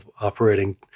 operating